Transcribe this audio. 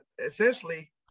essentially